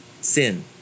sin